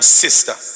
sister